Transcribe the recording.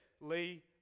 Lee